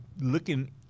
looking